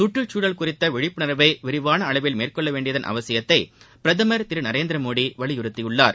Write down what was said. கற்றுச்சூழல் குறித்த விழிப்புணர்வை விரிவான அளவில் மேற்கொள்ளவேண்டியதன் அவசியத்தை பிரதமர் திரு நரேந்திரமோடி வலியுறுத்தியுள்ளார்